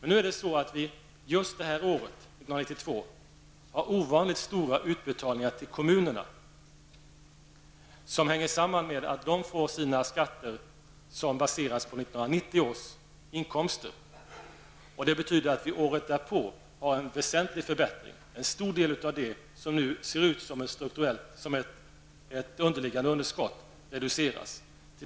Nu är det så att vi just 1992 har ovanligt stora utbetalningar till kommunerna som hänger samman med att kommunerna får skatten som baseras på 1990 års inkomster. Det betyder att vi året därpå får en väsentlig förbättring. En stor del av det som nu ser ut som ett underliggande underskott reduceras.